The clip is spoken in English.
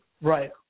Right